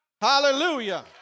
Hallelujah